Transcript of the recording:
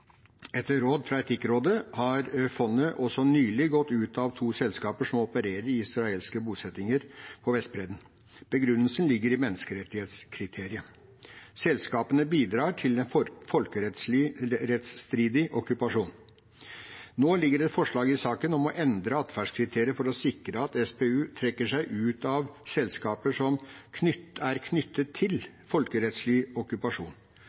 Etter råd fra Etikkrådet har fondet også nylig gått ut av to selskaper som opererer i israelske bosettinger på Vestbredden. Begrunnelsen ligger i menneskerettighetskriteriet. Selskapene bidrar til en folkerettsstridig okkupasjon. Nå ligger et forslag i saken som å endre atferdskriteriet for å sikre at SPU trekker seg ut av selskaper som er «knyttet til folkerettsstridig okkupasjon»